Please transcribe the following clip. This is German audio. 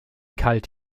kalt